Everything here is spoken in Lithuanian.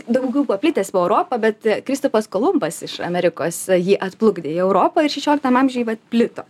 daugiau paplitęs po europą bet kristupas kolumbas iš amerikos jį atplukdė į europą ir šešioliktam amžiuj vat plito